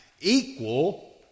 equal